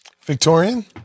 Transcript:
Victorian